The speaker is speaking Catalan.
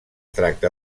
tracta